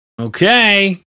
Okay